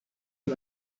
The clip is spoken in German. mit